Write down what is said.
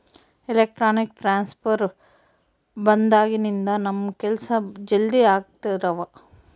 electronic transfer ಬಂದಾಗಿನಿಂದ ನಮ್ ಕೆಲ್ಸ ಜಲ್ದಿ ಆಗ್ತಿದವ